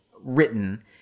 written